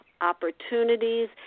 opportunities